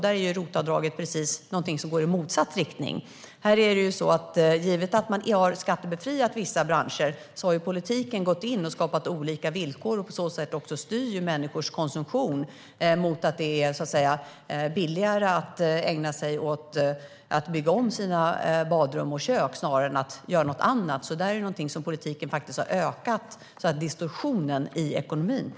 Där är ROT-avdraget något som går precis i motsatt riktning. Givet att man har skattebefriat vissa branscher har politiken gått in och skapat olika villkor och på sätt också styrt människors konsumtion. Det är billigare att bygga om badrum och kök snarare än att göra något annat. På det sättet har politiken faktiskt ökat distorsionen i ekonomin.